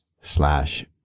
slash